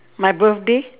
my birthday